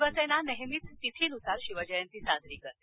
शिवसेना नेहमीच तिथीनुसार शिवजयंती साजरी करते